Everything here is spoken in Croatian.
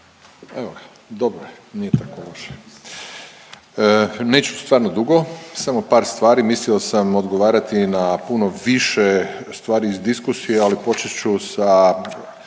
Evo, dobro je nije tako loše. Neću stvarno dugo, samo par stvari, mislio sam odgovarati na puno više stvari iz diskusije, ali počet ću sa